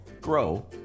grow